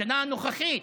השנה הנוכחית,